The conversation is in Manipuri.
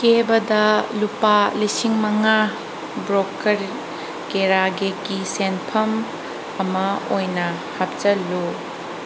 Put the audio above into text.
ꯀꯦꯕꯗ ꯂꯨꯄꯥ ꯂꯤꯁꯤꯡ ꯃꯉꯥ ꯕ꯭ꯔꯣꯀꯔ ꯀꯦꯔꯥꯒꯦꯀꯤ ꯁꯦꯟꯐꯝ ꯑꯃ ꯑꯣꯏꯅ ꯍꯥꯞꯆꯜꯂꯨ